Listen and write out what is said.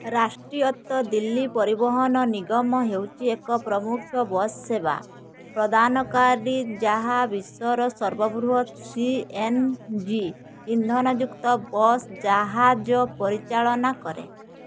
ରାଷ୍ଟ୍ରୀୟତ୍ତ ଦିଲ୍ଲୀ ପରିବହନ ନିଗମ ହେଉଛି ଏକ ପ୍ରମୁଖ ବସ୍ ସେବା ପ୍ରଦାନକାରୀ ଯାହା ବିଶ୍ୱର ସର୍ବବୃହତ ସି ଏନ୍ ଜି ଇନ୍ଧନ ଯୁକ୍ତ ବସ୍ ଜାହାଜ ପରିଚାଳନା କରେ